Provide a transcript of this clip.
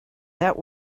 that